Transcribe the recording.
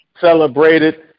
celebrated